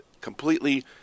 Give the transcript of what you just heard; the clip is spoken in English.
completely